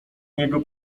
niego